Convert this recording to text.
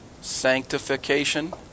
sanctification